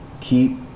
keep